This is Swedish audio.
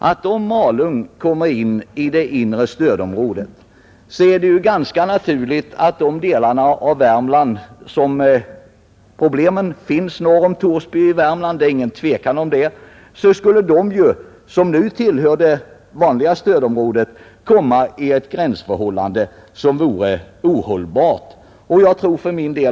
Och om Malung hänförs till det intre stödområdet är det ganska klart att de delar av Värmland som tillhör det så att säga vanliga stödområdet, där de flesta problemen finns — och det råder inget tvivel om att det är i orter norr om Torsby — hamnar i ett omöjligt gränsförhållande.